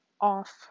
off